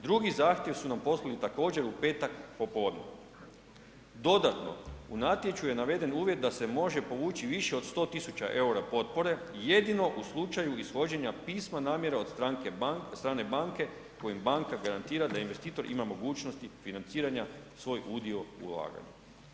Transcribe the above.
Drugi zahtjev su nam poslali također u petak popodne, dodatno u natječaju je naveden uvjet da se može povući više od 100 tisuća eura potpore jedino u slučaju ishođenja pisma namjere od strane banke kojim banka garantira da investitor ima mogućnosti financiranja svoj udio ulaganja.